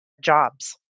jobs